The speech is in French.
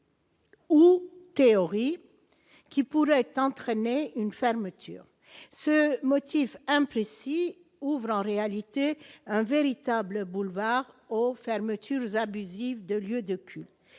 Ou théorie qui pourrait entraîner une fermeture ce motif imprécis ouvrant en réalité un véritable boulevard aux fermetures vous abusive de lieux de culte,